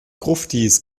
gruftis